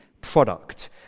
product